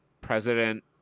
President